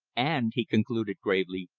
and, he concluded gravely,